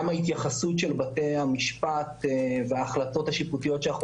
גם ההתייחסות של בתי המשפט וההחלטות השיפוטיות שאנחנו